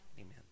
Amen